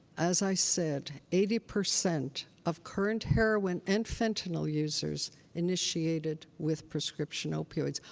as i said, eighty percent of current heroin and fentanyl users initiated with prescription opioids.